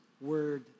word